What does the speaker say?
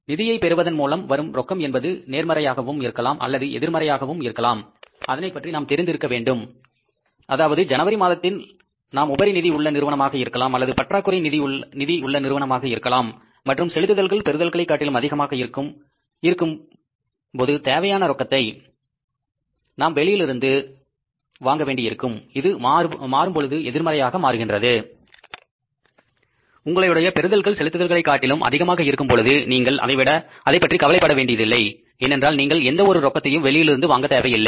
நிதியை பெறுவதன் மூலம் வரும் ரொக்கம் என்பது நேர்மறையாகவும் இருக்கலாம் அல்லது எதிர்மறையாக இருக்கலாம் அதனைப் பற்றி நாம் தெரிந்து இருக்க வேண்டும் அதாவது ஜனவரி மாதத்தில் நாம் உபரி நிதி உள்ள நிறுவனமாக இருக்கலாம் அல்லது பற்றாக்குறை நிதி உள்ள நிறுவனமாக இருக்கலாம் மற்றும் செலுத்துதல்கள் பெறுதல்கலைக்கட்டிலும் அதிகமாக இருக்கும் பொது தேவையான ரொக்கத்தை நாம் வெளியில் இருந்து வாங்க வேண்டி இருக்கும் இது மாறும்பொழுது எதிர்மறையாக மாறுகின்றது உங்களுடைய பெறுதல்கள் செலுத்துதல்களைக் காட்டிலும் அதிகமாக இருக்கும் பொழுது நீங்கள் அதைப்பற்றி கவலைப்பட வேண்டியதில்லை ஏனென்றால் நீங்கள் எந்த ஒரு ரொக்கத்தையும் வெளியிலிருந்து வாங்க வேண்டியதில்லை